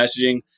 messaging